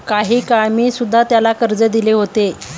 काही काळ मी सुध्धा त्याला कर्ज दिले होते